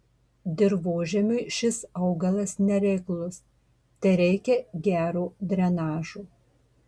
dirvožemiui šis augalas nereiklus tereikia gero drenažo